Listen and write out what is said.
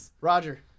Roger